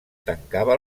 tancava